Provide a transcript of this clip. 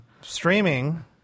Streaming